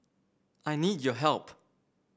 I need your help